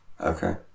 Okay